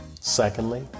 Secondly